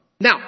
Now